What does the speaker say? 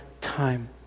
time